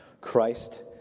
Christ